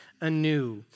anew